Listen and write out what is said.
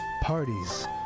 parties